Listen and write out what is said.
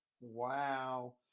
Wow